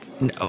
No